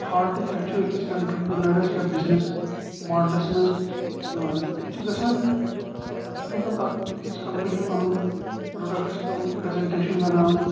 fault کیٛاہ چھُ أکِس آنٹرپینرس یا بِزِنس ماڈلس منٛز یِوان اتہِ چھُ گژھان اتہِ چھُ مطلب اکھ أکِس کمپنی پنُن پروڈکٹس پٮ۪وان پریزینٹیشن بناوٕنۍ